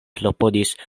klopodis